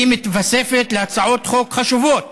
היא מתווספת להצעות חוק חשובות